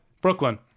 Brooklyn